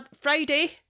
Friday